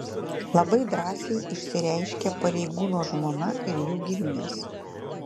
labai drąsiai išsireiškė pareigūno žmona ir jų giminės